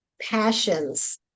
passions